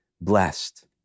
blessed